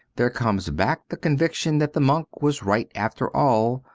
there comes back the conviction that the monk was right after all,